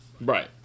Right